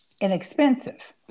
inexpensive